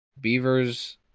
Beavers